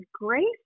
grace